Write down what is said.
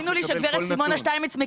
תאמינו לי שגברת סימונה שטינמץ,